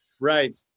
Right